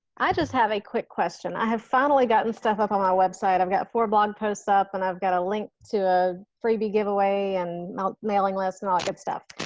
i just have a quick question. i have finally gotten stuff up on my website. i've got four blog posts up and i've got a link to a freebie giveaway and mailing lists and all good stuff.